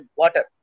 water